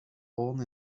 born